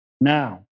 Now